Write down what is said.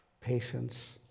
Patience